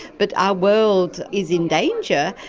but our world is in danger,